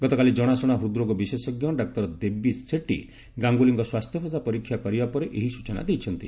ଗତକାଲି ଜଣାଶୁଣା ହୃଦ୍ରୋଗ ବିଶେଷଜ୍ଞ ଡାକ୍ତର ଦେବୀ ସେଟ୍ଟୀ ଗାଙ୍ଗୁଲିଙ୍କ ସ୍ୱାସ୍ଥ୍ୟାବସ୍ଥା ପରୀକ୍ଷା କରିବା ପରେ ଏହି ସୂଚନା ଦେଇଛନ୍ତି